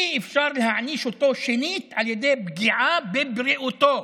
אי-אפשר להעניש אותו שנית על ידי פגיעה בבריאותו.